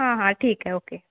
हां हां ठीक आहे ओ के